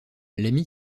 l’amie